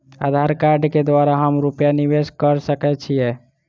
आधार कार्ड केँ द्वारा हम रूपया निवेश कऽ सकैत छीयै?